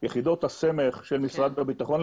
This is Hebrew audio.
יחידות הסמך של משרד הביטחון,